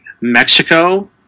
Mexico